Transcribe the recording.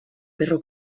perro